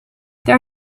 there